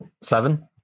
seven